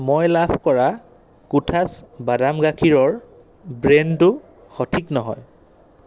মই লাভ কৰা কোঠাছ বাদাম গাখীৰৰ ব্ৰেণ্ডটো সঠিক নহয়